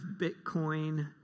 Bitcoin